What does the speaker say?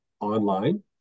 online